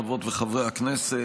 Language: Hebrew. חברות וחברי הכנסת,